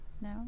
No